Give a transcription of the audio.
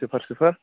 صِفَر صِفَر